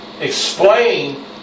explain